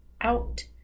out